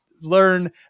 learn